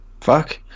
Fuck